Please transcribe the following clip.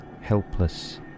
helpless